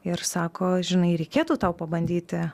ir sako žinai reikėtų tau pabandyti